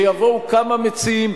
שיבואו כמה מציעים,